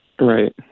Right